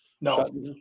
No